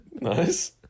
Nice